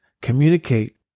communicate